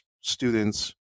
students